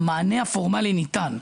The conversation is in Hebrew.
המענה הפורמלי ניתן,